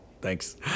Thanks